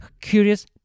Curious